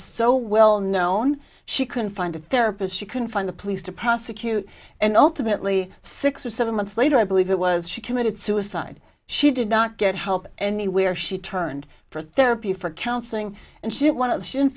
so well known she couldn't find a therapist she couldn't find the police to prosecute and ultimately six or seven months later i believe it was she committed suicide she did not get help anywhere she turned for therapy for counseling and she didn't want to sh